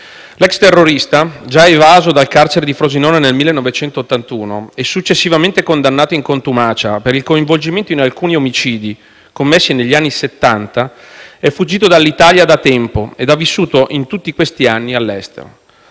l'ex terrorista, già evaso dal carcere di Frosinone nel 1981 e successivamente condannato in contumacia per il coinvolgimento in alcuni omicidi commessi negli anni '70, è fuggito dall'Italia da tempo ed ha vissuto in tutti questi anni all'estero;